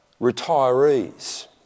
retirees